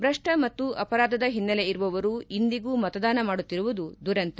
ಭ್ರಷ್ಟ ಮತ್ತು ಅಪರಾಧದ ಹಿನ್ನೆಲೆ ಇರುವವರು ಇಂದಿಗೂ ಮತದಾನ ಮಾಡುತ್ತಿರುವುದು ದುರಂತ